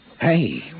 Hey